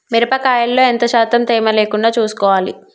మిరప కాయల్లో ఎంత శాతం తేమ లేకుండా చూసుకోవాలి?